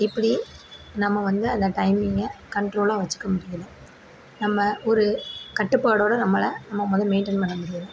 இப்படி நம்ம வந்து அந்த டைமிங்கை கன்ட்ரோலாக வச்சுக்க முடியலை நம்ம ஒரு கட்டுப்பாடோடு நம்ம நம்மளை வந்து மெயின்டைன் பண்ண முடியலை